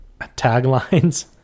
taglines